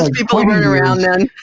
like people weren't around then.